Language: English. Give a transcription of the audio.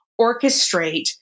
orchestrate